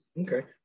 Okay